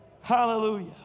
Hallelujah